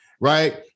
right